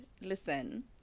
listen